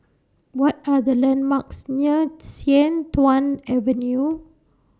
What Are The landmarks near Sian Tuan Avenue